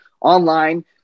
online